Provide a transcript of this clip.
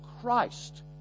Christ